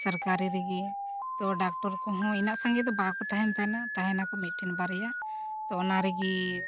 ᱥᱚᱨᱠᱟᱨᱤ ᱨᱮᱜᱮ ᱛᱚ ᱰᱟᱠᱴᱚᱨ ᱠᱚᱦᱚᱸ ᱤᱱᱟᱹᱜ ᱥᱟᱸᱜᱮ ᱫᱚ ᱵᱟᱠᱚ ᱛᱟᱦᱮᱱ ᱛᱟᱦᱮᱱᱟ ᱛᱟᱦᱮᱱᱟᱠᱚ ᱢᱤᱫᱴᱮᱱ ᱵᱟᱨᱭᱟ ᱛᱚ ᱚᱱᱟ ᱨᱮᱜᱮ